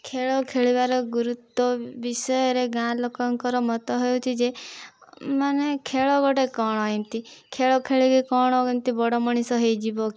ଖେଳ ଖେଳିବାର ଗୁରୁତ୍ତ୍ୱ ବିଷୟରେ ଗାଁ ଲୋକଙ୍କର ମତ ହେଉଛି ଯେ ମାନେ ଖେଳ ଗୋଟେ କ'ଣ ଏମିତି ଖେଳ ଖେଳି କି କ'ଣ ଏମିତି ବଡ଼ ମଣିଷ ହୋଇଯିବ କି